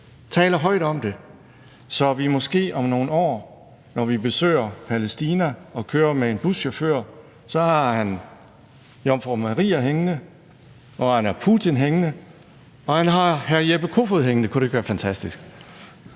taler højt om det, så vi måske om nogle år, når vi besøger Palæstina og kører med en buschauffør, ser, at han har Jomfru Maria hængende, og at han har Putin hængende – og at han har hr. Jeppe Kofod hængende. Kunne det ikke være fantastisk?